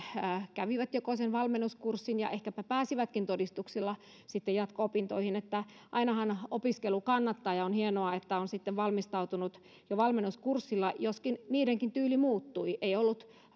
kävivät sen valmennuskurssin ja ehkäpä pääsivätkin todistuksilla jatko opintoihin että ainahan opiskelu kannattaa ja on hienoa että on valmistautunut jo valmennuskurssilla joskin niidenkin tyyli muuttui ei ollut